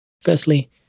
Firstly